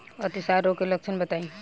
अतिसार रोग के लक्षण बताई?